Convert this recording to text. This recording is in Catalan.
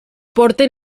porten